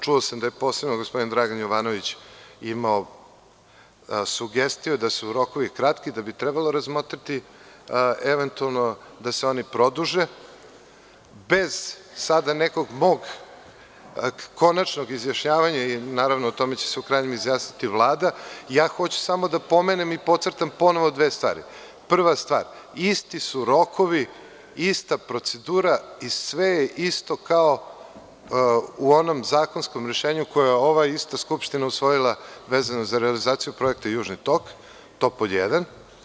Čuo sam da je posebno gospodin Dragan Jovanović imao sugestiju da su rokovi kratki i da bi trebalo razmotriti eventualno da se oni produže, bez sada, nekog mog konačnog izjašnjavanja i naravno, o tome će se u krajnjem izjasniti Vlada, ja hoću samo da pomenem i podcrtam ponovo dve stvari – prva stvar, isti su rokovi, ista procedura i sve je isto kao u onom zakonskom rešenju koje je ova ista Skupština usvojila vezano za realizaciju projekta „Južni tok“, to pod jedan.